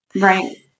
Right